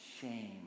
shame